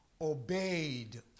obeyed